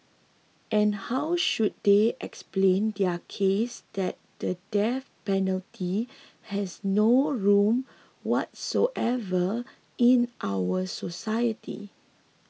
and how should they explain their case that the death penalty has no room whatsoever in our society